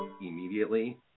immediately